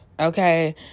Okay